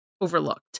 overlooked